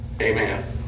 amen